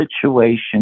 situation